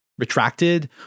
retracted